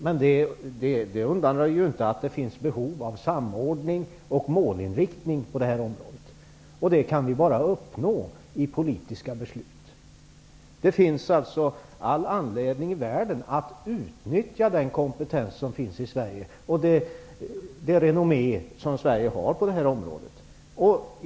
Men det undanröjer inte att det finns behov av samordning och målinriktning på det här området. Det kan vi bara uppnå i politiska beslut. Det finns alltså all anledning i världen att utnyttja den kompetens som finns i Sverige och det renommé som Sverige har på detta område.